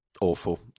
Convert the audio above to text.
Awful